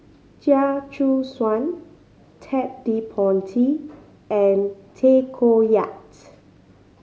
Chia Choo Suan Ted De Ponti and Tay Koh Yat